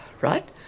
right